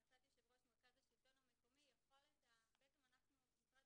המלצת יושב ראש מרכז השלטון המקומי בעצם משרד